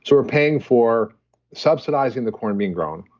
so we're paying for subsidizing the corn being grown.